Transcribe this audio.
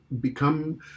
become